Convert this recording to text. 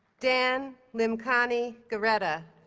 dan limbikani gareta,